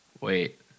Wait